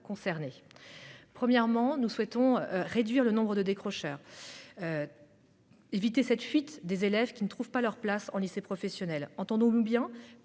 concernés. Premièrement, nous souhaitons réduire le nombre de décrocheurs, éviter cette fuite des élèves qui ne trouvent pas leur place en lycée professionnel. Entendons-nous bien